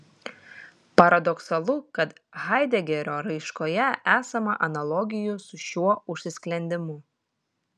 paradoksalu kad haidegerio raiškoje esama analogijų su šiuo užsisklendimu